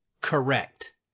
correct